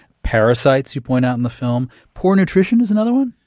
parasites you point out in the film, poor nutrition is another one?